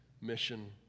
mission